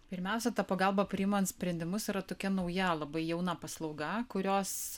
pirmiausia ta pagalba priimant sprendimus yra tokia nauja labai jauna paslauga kurios